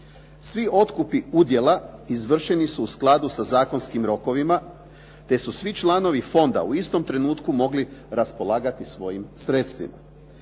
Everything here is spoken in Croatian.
Svi otkupi udjela izvrši su u skladu sa zakonskim rokovima te su svi članovi fonda u istom trenutku mogli raspolagati svojim sredstvima.